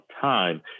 time